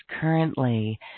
currently